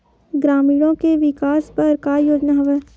ग्रामीणों के विकास बर का योजना हवय?